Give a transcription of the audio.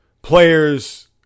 players